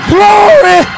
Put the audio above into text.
Glory